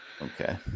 okay